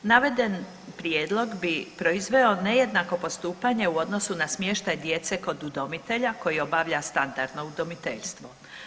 Naveden prijedlog bi proizveo nejednako postupanje u odnosu na smještaj djece kod udomitelja koji obavlja standardno udomiteljstvo.